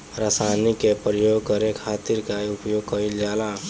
रसायनिक के प्रयोग करे खातिर का उपयोग कईल जाला?